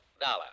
Dollar